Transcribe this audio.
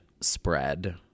spread